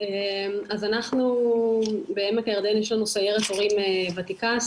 יש לנו סיירת הורים ותיקה,